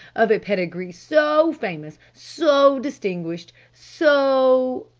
of a pedigree so famous. so distinguished. so.